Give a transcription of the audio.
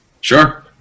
Sure